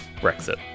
Brexit